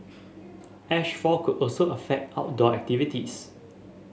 ash fall could also affect outdoor activities